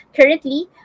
Currently